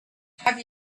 have